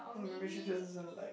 maybe she just doesn't like